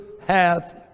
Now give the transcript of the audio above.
hath